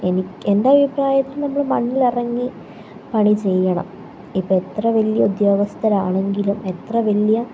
എനിക്ക് എൻ്റെ അഭിപ്രായത്തിൽ നമ്മൾ മണ്ണിലിറങ്ങി പണി ചെയ്യണം ഇപ്പം എത്ര വലിയ ഉദ്യോഗസ്ഥരാണെങ്കിലും എത്ര വലിയ